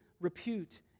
repute